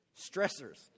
Stressors